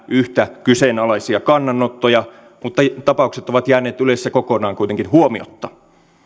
yhtä kyseenalaisia kannanottoja mutta tapaukset ovat kuitenkin jääneet ylessä kokonaan huomiotta